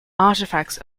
artifacts